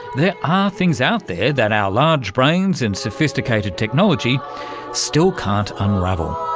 there are things out there that our large brains and sophisticated technology still can't unravel.